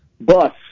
bus